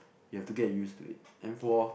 you have to get used to it and for